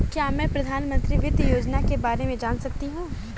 क्या मैं प्रधानमंत्री वित्त योजना के बारे में जान सकती हूँ?